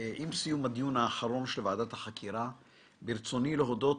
סיום הדיון האחרון של ועדת החקירה ברצוני להודות